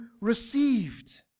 received